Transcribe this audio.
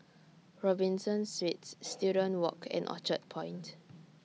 Robinson Suites Student Walk and Orchard Point